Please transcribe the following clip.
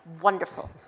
Wonderful